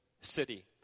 city